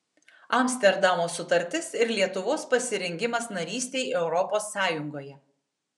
amsterdamo sutartis ir lietuvos pasirengimas narystei europos sąjungoje